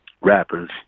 Rappers